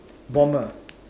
bomber